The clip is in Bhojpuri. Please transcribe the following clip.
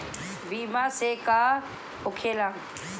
बीमा से का होखेला?